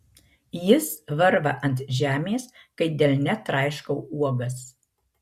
jis varva ant žemės kai delne traiškau uogas